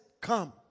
come